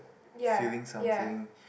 ya ya